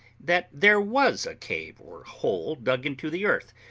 that there was a cave or hole dug into the earth,